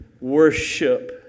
worship